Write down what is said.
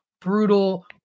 brutal